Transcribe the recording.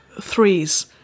threes